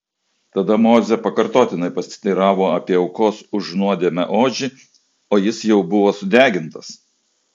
tada mozė pakartotinai pasiteiravo apie aukos už nuodėmę ožį o jis jau buvo sudegintas